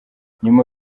nyuma